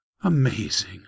Amazing